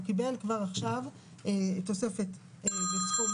הוא קיבל כבר עכשיו את המענק בסכום